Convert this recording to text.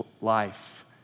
life